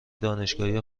دانشگاهی